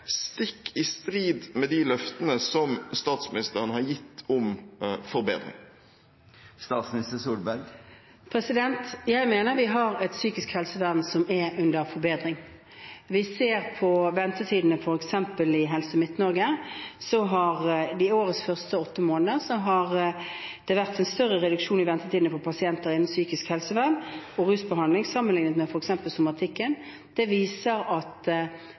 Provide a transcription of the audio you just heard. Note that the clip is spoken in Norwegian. stikk i strid med de løftene om forbedring som statsministeren har gitt? Jeg mener vi har et psykisk helsevern som er under forbedring. Vi ser på ventetidene. For eksempel i Helse Midt-Norge har det i årets første åtte måneder vært en større reduksjon i ventetidene for pasienter innen psykisk helsevern og rusbehandling sammenlignet med f.eks. somatikken. Det viser at